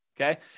okay